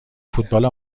فوتبال